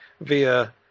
via